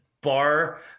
bar